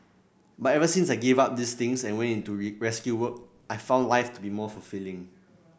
but ever since I gave up these things and went into rescue work I've found life to be more fulfilling